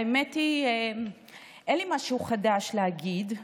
האמת היא שאין לי משהו חדש להגיד,